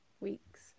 weeks